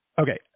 okay